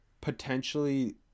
potentially